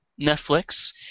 Netflix